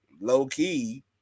low-key